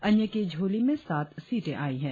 अन्य की झोंली में सात सीटें गई हैं